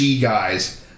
guys